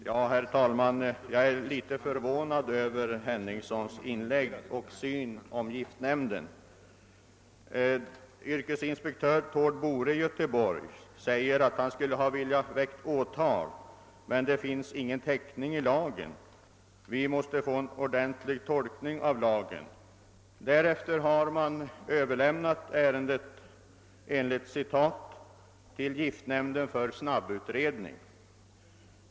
Herr talman! Jag är litet förvånad över herr Henningssons inlägg och hans syn på giftnämnden. Yrkesinspektör Thord Bore i Göteborg säger att han skulle ha velat väcka åtal men att det inte i lagen finns någon täckning för detta. Man måste få en ordentlig tolkning av lagen, och därför har han överlämnat ärendet »till giftnämnden för snabb utredning».